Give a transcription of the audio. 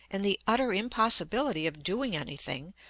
and the utter impossibility of doing anything,